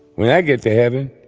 when i get to heaven,